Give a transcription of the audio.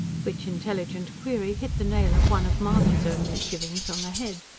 which intelligent query hit the nail of one of mahony's own misgivings on the head.